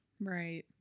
right